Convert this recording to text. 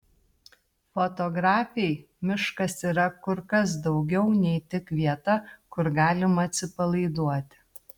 fotografei miškas yra kur kas daugiau nei tik vieta kur galima atsipalaiduoti